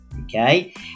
okay